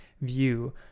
view